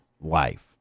Life